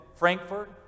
Frankfurt